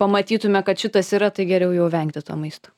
pamatytume kad šitas yra tai geriau jau vengti to maisto